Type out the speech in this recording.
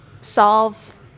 solve